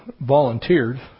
volunteered